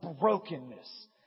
brokenness